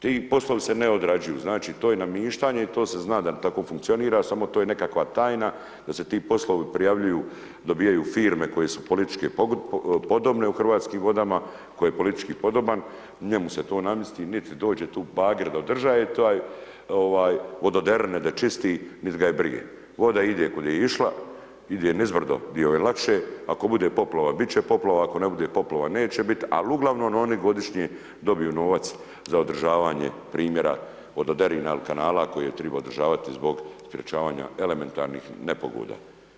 Ti poslovi se ne odrađuju, znači to je namještanje, to se zna da tako funkcionira, samo to je nekakva tajna da se ti poslovi prijavljuju, dobivaju firme koje su politički podobne u Hrvatskim vodama, tko je politički podoban, njemu se to namjesti, niti dođe bager da održava taj, vododerine da čisti nit ga je briga, voda ide kud je išla, ide nizbrdo di joj je lakše, ako bude poplava, bit će poplava, ako ne bude poplava, neće bit ali uglavnom oni godišnje dobiju novac za održavanje primjera vododerina ili kanala koje treba održavati zbog sprječavanja elementarnih nepogoda.